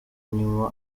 nyuma